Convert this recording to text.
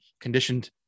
conditioned